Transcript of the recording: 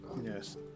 Yes